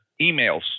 emails